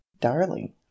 Darling